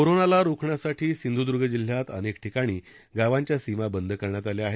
कोरोनाला रोखण्यासाठी सिंध्दर्ग जिल्ह्यात अनेक ठिकाणी गावांच्या सीमा बंद करण्यात आल्या आहेत